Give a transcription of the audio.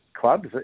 clubs